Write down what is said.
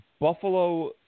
Buffalo